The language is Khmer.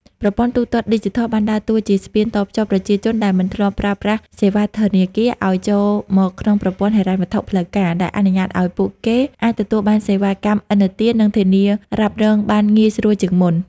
ប្រព័ន្ធទូទាត់ឌីជីថលបានដើរតួជាស្ពានតភ្ជាប់ប្រជាជនដែលមិនធ្លាប់ប្រើប្រាស់សេវាធនាគារ ឱ្យចូលមកក្នុងប្រព័ន្ធហិរញ្ញវត្ថុផ្លូវការ ដែលអនុញ្ញាតឱ្យពួកគេអាចទទួលបានសេវាកម្មឥណទាន និងធានារ៉ាប់រងបានងាយស្រួលជាងមុន។